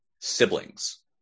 siblings